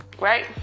Right